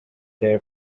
there